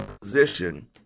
position